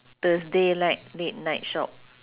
thursday night late night shop